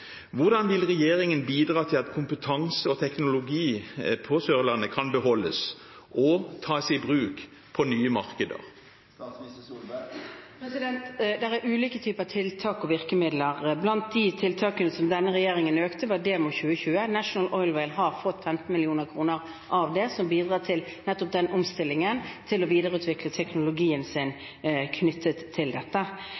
Hvordan vil regjeringen bidra til at kompetanse og teknologi på Sørlandet kan beholdes og tas i bruk på nye markeder? Der er ulike typer tiltak og virkemidler. Blant de tiltakene som denne regjeringen økte, var Demo2020. National Oilwell har fått 15 mill. kr av det, noe som bidrar til nettopp den omstillingen til å videreutvikle teknologien sin